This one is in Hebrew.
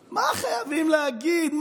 מה, חייבים להגיד?